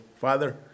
father